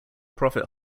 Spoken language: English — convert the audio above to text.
profit